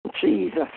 Jesus